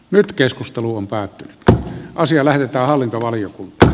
nyt keskustelu on päättynyt ja asia lähetetään hallintovaliokuntaan